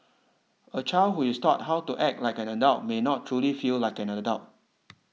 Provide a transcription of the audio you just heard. a child who is taught how to act like an adult may not truly feel like an adult